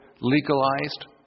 legalized